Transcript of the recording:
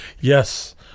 Yes